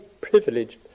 privileged